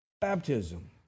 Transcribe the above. baptism